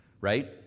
right